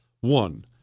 One